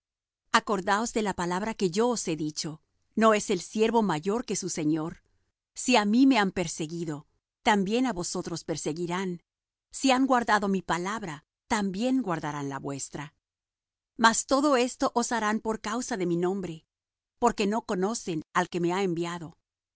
acordaos de la palabra que yo os he dicho no es el siervo mayor que su señor si á mí mé han perseguido también á vosotros perseguirán si han guardado mi palabra también guardarán la vuestra mas todo esto os harán por causa de mi nombre porque no conocen al que me ha enviado